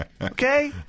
Okay